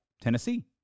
Tennessee